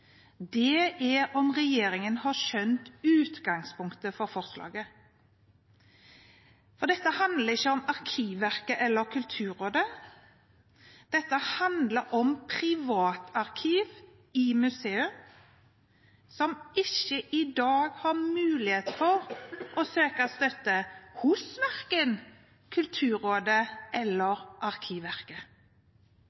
er om regjeringen har skjønt utgangspunktet for forsalget, for dette handler ikke om Arkivverket eller Kulturrådet. Dette handler om privatarkiv i museer som i dag ikke har mulighet for å søke støtte hos verken Kulturrådet eller